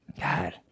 God